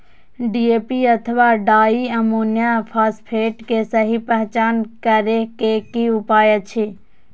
DAP अथवा di ammonium phosphate के सहि पहचान करे के कि उपाय अछि?